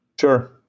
Sure